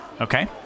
okay